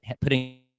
putting